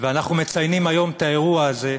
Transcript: ואנחנו מציינים היום את האירוע הזה,